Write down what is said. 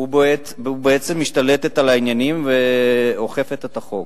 ובעצם משתלטת על העניינים ואוכפת את החוק.